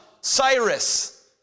Cyrus